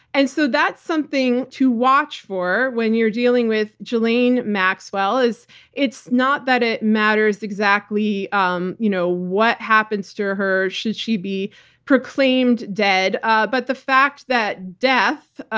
and so that's something to watch for when you're dealing with ghislaine maxwell. it's it's not that it matters exactly um you know what happens to her her should she be proclaimed dead, ah but the fact that death,